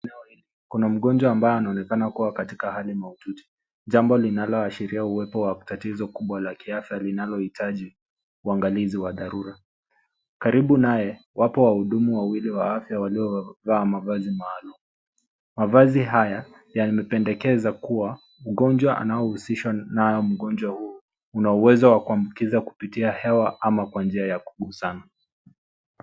Kuna mgonjwa ambaye anaonekana kuwa katika hali mahututi, jambo linaloashiria uwepo wa tatizo kubwa la kiafya linalohitaji uangalizi wa dharura. Karibu naye, wapo wahudumu wawili wa afya waliovaa mavazi maalum. Mavazi haya yamependekeza kuwa ugonjwa anaohusishwa nayo mgonjwa huyu, una uwezo wa kuambukiza kupitia hewa ama kwa njia ya kugusana.